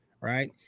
right